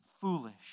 foolish